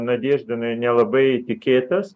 nadeždinui nelabai tikėtas